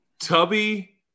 Tubby